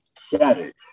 shattered